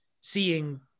seeing